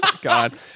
God